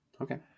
Okay